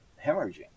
hemorrhaging